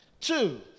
two